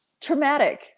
traumatic